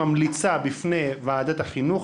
ממליצה בפני ועדת החינוך,